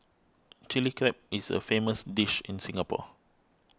Chilli Crab is a famous dish in Singapore